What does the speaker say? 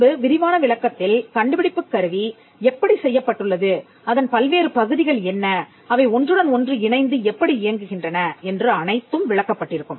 பின்பு விரிவான விளக்கத்தில் கண்டுபிடிப்புக் கருவி எப்படி செய்யப்பட்டுள்ளது அதன் பல்வேறு பகுதிகள் என்ன அவை ஒன்றுடன் ஒன்று இணைந்து எப்படி இயங்குகின்றன என்று அனைத்தும் விளக்கப்பட்டிருக்கும்